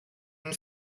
been